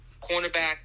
cornerback